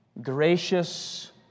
gracious